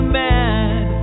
mad